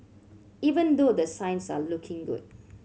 even though the signs are looking good